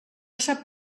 sap